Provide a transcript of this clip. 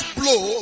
blow